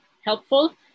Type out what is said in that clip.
helpful